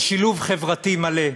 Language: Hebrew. לשילוב חברתי מלא,